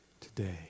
today